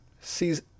sees